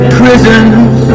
prisons